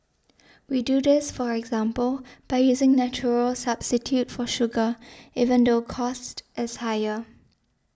we do this for example by using natural substitute for sugar even though cost is higher